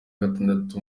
gatandatu